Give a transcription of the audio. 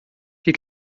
die